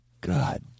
God